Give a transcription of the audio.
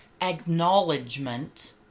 acknowledgement